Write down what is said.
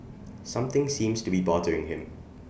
something seems to be bothering him